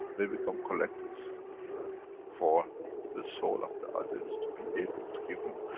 we become collectors for the soul of the others, to be able to give more.